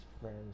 friends